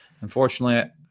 unfortunately